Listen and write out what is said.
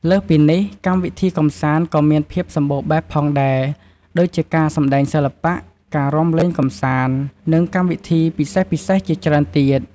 លើសពីនេះ កម្មវិធីកម្សាន្តក៏មានភាពសម្បូរបែបផងដែរ ដូចជាការសម្តែងសិល្បៈ ការរាំលេងកម្សាន្ត និងកម្មវិធីពិសេសៗជាច្រើនទៀត។